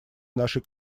нашей